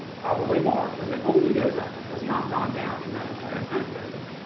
probably more, because it only goes up. it has not gone down in that entire time period.